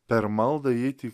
per maldą įeiti